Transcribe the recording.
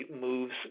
moves